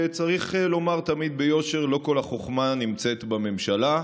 צריך לומר תמיד ביושר: לא כל החוכמה נמצאת בממשלה,